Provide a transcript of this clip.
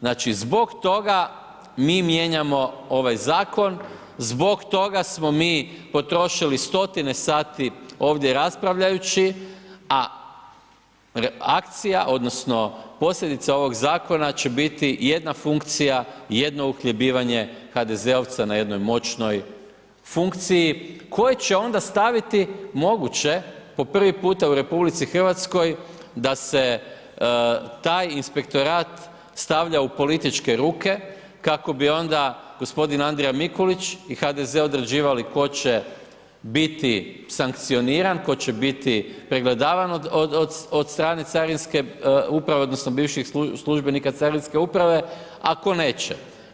Znači zbog toga mi mijenjamo ovaj zakon, zbog toga smo mi potrošili stotine sati ovdje raspravljajući a akcija odnosno posljedica ovog zakona će biti jedna funkcija i jedno uhljebljivanje HDZ-ovca na jednoj moćnoj funkciji koje će onda staviti moguće po prvi puta u RH da se taj inspektorat stavlja u političke ruke kako bi onda gospodin Andrija Mikulić i HDZ određivali tko će biti sankcioniran, tko će biti pregledavan od strane carinske uprave, odnosno bivših službenika carinske uprave a tko neće.